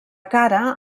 cara